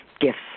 gifts